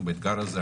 באתגר הזה.